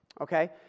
okay